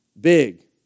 big